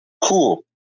Cool